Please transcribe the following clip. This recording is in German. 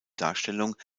darstellung